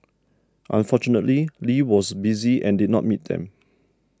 unfortunately Lee was busy and did not meet them